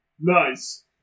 Nice